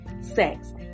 sex